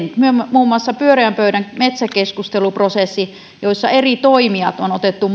muun muassa pyöreän pöydän metsäkeskusteluprosessi jossa eri toimijat on otettu